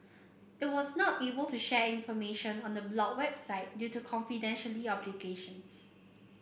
it was not able to share information on the blocked website due to confidentiality obligations